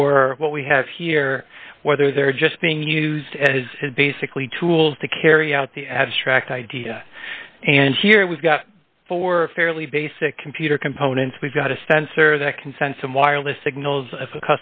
or what we have here whether they're just being used as basically tools to carry out the abstract idea and here we've got four fairly basic computer components we've got a sensor that can sense in wireless signals